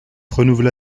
renouvela